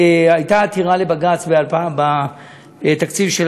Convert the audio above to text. הייתה עתירה לבג"ץ בתקציב של